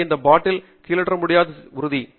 எனவே அந்த பாட்டில் கீழிறக்க முடியாது என்று உறுதி